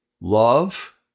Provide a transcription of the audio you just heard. love